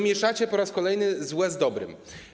Mieszacie po raz kolejny złe z dobrym.